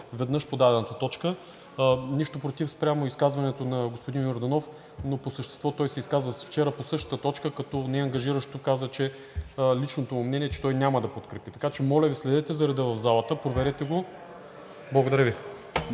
веднъж по дадената точка. Нямам нищо против спрямо изказването на господин Йорданов, но по същество той се изказа вчера по същата точка, като неангажиращо каза, че личното му мнение е, че той няма да подкрепи. Така че, моля Ви, следете за реда в залата, проверете го. Благодаря Ви.